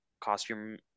costume